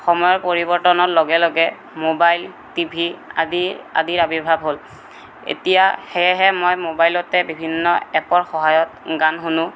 সময়ৰ পৰিৱৰ্তনৰ লগে লগে মোবাইল টি ভি আদি আদিৰ আৱিৰ্ভাৱ হ'ল এতিয়া সেয়েহে মই মোবাইলতে ভিন্ন এপৰ সহায়ত গান শুনো